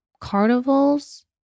carnivals